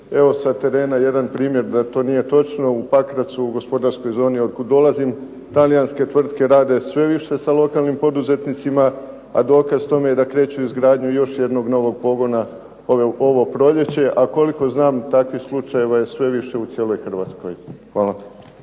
Evo sa terena jedan primjer da to nije točno, u Pakracu u gospodarskoj zoni otkuda dolazim talijanske tvrtke rade sve više sa lokalnim poduzetnicima, a dokaz tome je da kreću u izgradnju još jednog novog pogona ovo proljeće, a koliko znam takvih slučajeva je sve više u cijeloj Hrvatskoj. Hvala.